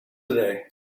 today